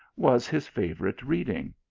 was his favourite reading.